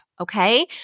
okay